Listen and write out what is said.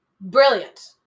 Brilliant